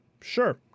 Sure